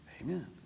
Amen